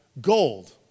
gold